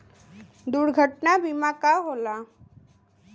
दुर्घटना बीमा का होला?